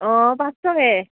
অঁ পাঁচশকে